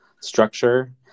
structure